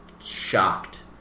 shocked